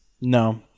No